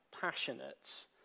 passionate